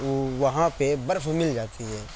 وہ وہاں پہ برف مل جاتی ہے